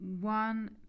one